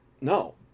no